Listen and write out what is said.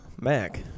Mac